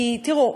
תראו,